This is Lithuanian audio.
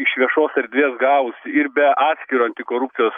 iš viešos erdvės gavus ir be atskiro antikorupcijos